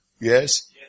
Yes